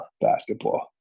basketball